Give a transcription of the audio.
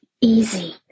easy